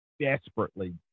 desperately